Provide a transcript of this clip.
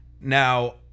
Now